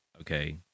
okay